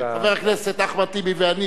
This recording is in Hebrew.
חבר הכנסת אחמד טיבי ואני,